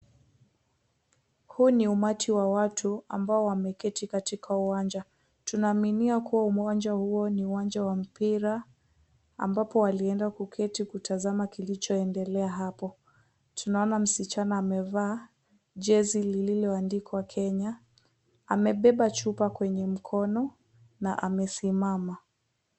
Huu ni umati wa watu ambao wameketi katika uwanja. Tunaaminia kuwa uwanja huo ni uwanja wa mpira ambapo walienda kuketi kutasama kilichoendelea hapo. Tunaona msichana amevaa jezi liliandikwa Kenya amebeba chupa kwenye mkono na amesimama.